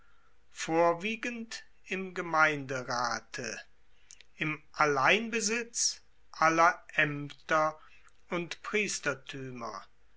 vorwiegend im gemeinderate im alleinbesitze aller aemter und